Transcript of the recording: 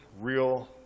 real